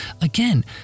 again